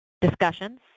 discussions